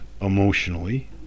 emotionally